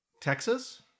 Texas